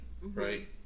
right